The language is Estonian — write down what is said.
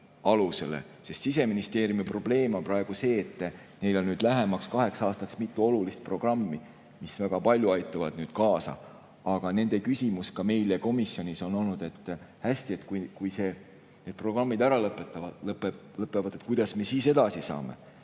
Siseministeeriumi probleem on praegu see, et neil on [küll] lähemaks kaheks aastaks mitu olulist programmi, mis väga palju aitavad kaasa, aga nende küsimus ka meile komisjonis on olnud: hästi, aga kui need programmid lõpevad, kuidas me siis edasi saame?